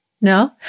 No